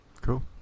Cool